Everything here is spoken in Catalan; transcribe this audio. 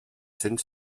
cents